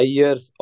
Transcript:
years